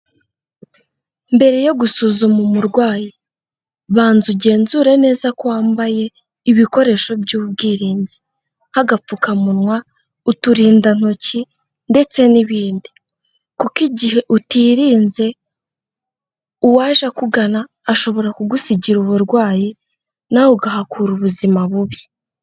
Mbere yo gusuzuma umurwayi, banza ugenzure neza ko wambaye ibikoresho by'ubwirinzi; nk'agapfukamunwa, uturindantoki, ndetse n'ibindi. Kuko igihe utirinze, uwaje akugana, ashobora kugusigira uburwayi, nawe ukahakura ubuzima bubi.